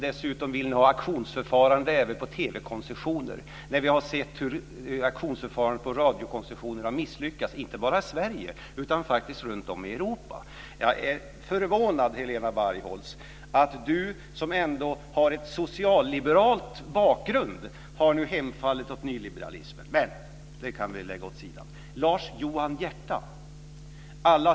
Dessutom vill ni ha ett auktionsförfarande även på TV-koncessioner. Ändå har vi sett att auktionsförfarandet för radiokoncessioner har misslyckats, inte bara i Sverige utan faktiskt runtom i Europa. Jag är förvånad över att Helena Bargholtz, som ändå har en socialliberal bakgrund, har hemfallit åt nyliberalismen. Men det kan vi lägga åt sidan.